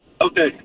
okay